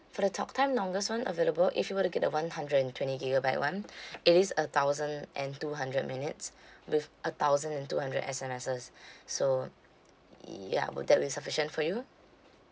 for the talk time longest one available if you were to get the one hundred and twenty gigabyte one it is a thousand and two hundred minutes with a thousand and two hundred S_M_Ses so y~ ya would that be sufficient for you